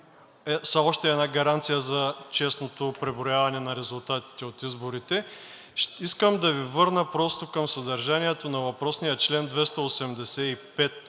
са още една гаранция за честното преброяване на резултатите от изборите. Искам да Ви върна към съдържанието на въпросния чл. 285,